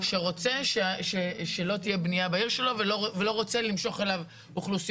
שרוצה שלא תהיה בנייה בעיר שלו ולא רוצה למשוך אליו אוכלוסיות